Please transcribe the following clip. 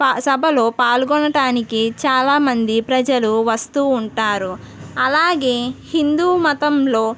సభలో పాల్గొనటానికి చాలా మంది ప్రజలు వస్తూ ఉంటారు అలాగే హిందూ మతంలో